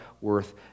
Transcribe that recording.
worth